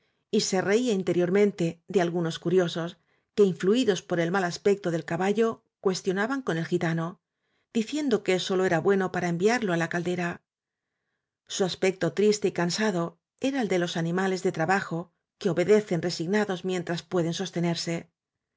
y se reía interiormente de algunos curiosos que influidos por el mal aspecto del caballo cuestionaban con el gitano diciendo que solo era bueno para enviarlo á la caldera su aspecto triste y cansado era el de los ani males de trabajo que obedecen resignados mientras pueden sostenerse